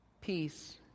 peace